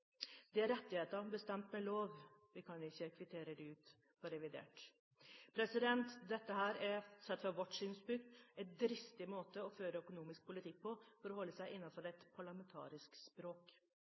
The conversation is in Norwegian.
Det er rettigheter bestemt ved lov. Vi kan ikke kvittere dem ut på revidert. Dette er sett fra vårt synspunkt en dristig måte å føre økonomisk politikk på – for å holde seg